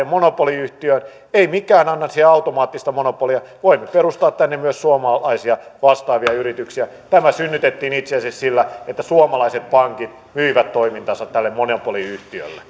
monopoliyhtiöön ei mikään anna siihen automaattista monopolia voimme perustaa tänne myös suomalaisia vastaavia yrityksiä tämä synnytettiin itse asiassa sillä että suomalaiset pankit myivät toimintansa tälle monopoliyhtiölle